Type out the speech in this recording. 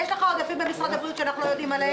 יש לך עודפים במשרד הבריאות שאנחנו לא יודעים עליהם?